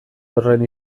horren